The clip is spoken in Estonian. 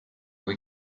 kui